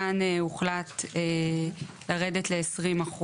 כאן הוחלט לרדת ל-20%.